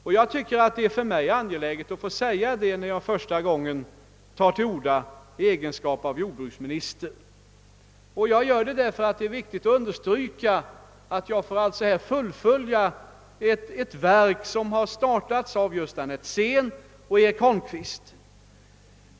För mig är det angeläget att framhålla detta när jag för första gången tar till orda i egenskap av jordbruksminister. Jag vill härmed understryka att jag får fullfölja ett verk som startats av Gösta Netzén och Eric Holmqvist.